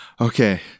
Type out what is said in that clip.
okay